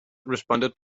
responded